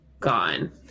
Gone